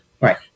Right